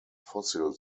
fossil